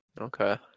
Okay